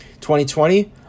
2020